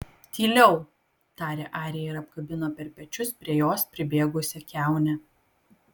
tyliau tarė arija ir apkabino per pečius prie jos pribėgusią kiaunę